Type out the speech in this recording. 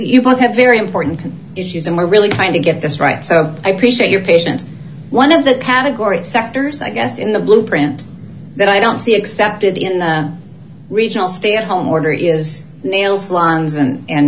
you both have very important issues and we're really trying to get this right so i appreciate your patience one of the categories sectors i guess in the blueprint that i don't see accepted in the regional stay at home order is nail salons and